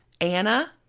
Anna